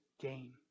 gain